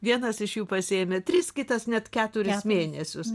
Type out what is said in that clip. vienas iš jų pasiėmė tris kitas net keturis mėnesius